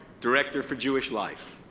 director for jewish life.